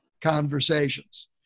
conversations